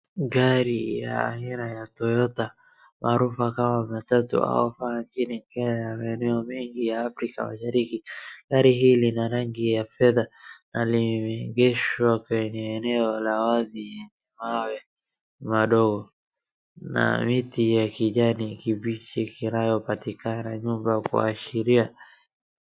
Gari ya aina ya Toyota maarufu kama matatu ikielekea maeneo mengi ya afrika mashariki. Gari hili lina rangi ya fedha na limeegeshwa kwa maeneo ya wazi ambayo bado kuna miti ya kijani kibichi inayoonekana nyuma.